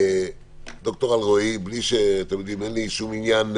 ד"ר אלרעי ואתם יודעים, אין לי שום עניין,